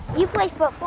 you played for?